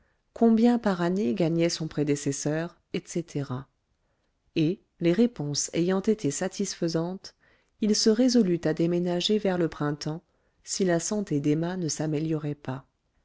combien par année gagnait son prédécesseur etc et les réponses ayant été satisfaisantes il se résolut à déménager vers le printemps si la santé d'emma ne s'améliorait pas